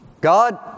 God